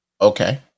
okay